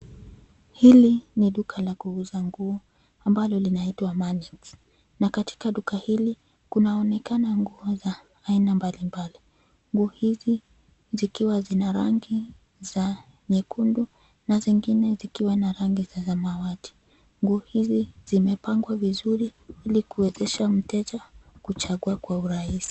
Hili ni duka la kuuza nguo ambalo linaitwa Manix na katika duka hili kunaonekana nguo za aina mbalimbali, nguo hizi zikiwa zina rangi za nyekundu na zingine zikiwa na rangi za samawati. Nguo hizi zimepangwa vizuri ili kuwezesha mteja kuchagua kwa urahisi.